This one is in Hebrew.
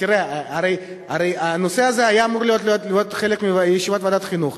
הרי הנושא הזה היה אמור להיות חלק מישיבת ועדת החינוך.